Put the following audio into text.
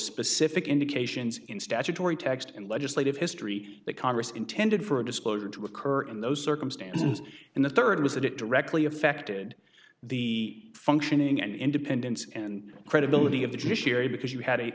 specific indications in statutory text and legislative history that congress intended for disclosure to occur in those circumstances and the third was that it directly affected the functioning and independence and credibility of the judiciary because you had a